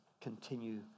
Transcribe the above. continue